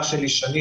תיאורטי,